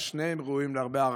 ושניהם ראויים להרבה הערכה.